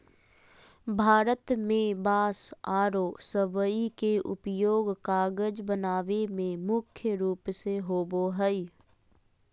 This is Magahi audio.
भारत में बांस आरो सबई के उपयोग कागज बनावे में मुख्य रूप से होबो हई